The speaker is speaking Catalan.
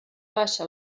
baixa